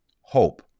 hope